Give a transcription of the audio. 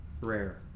Rare